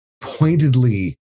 pointedly